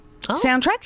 soundtrack